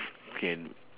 can